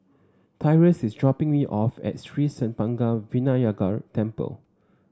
Tyrus is dropping me off at Sri Senpaga Vinayagar Temple